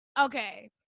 okay